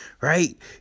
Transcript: right